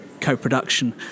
co-production